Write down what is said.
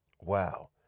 wow